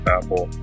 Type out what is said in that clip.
Apple